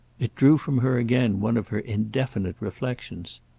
it drew from her again one of her indefinite reflexions.